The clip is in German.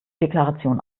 deklaration